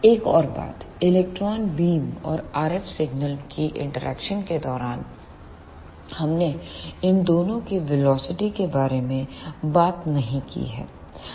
एक और बात इलेक्ट्रॉन बीम और RF सिग्नल की इंटरेक्शन के दौरान हमने इन दोनों के वेलोसिटी के बारे में बात नहीं की है